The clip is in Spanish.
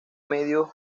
medios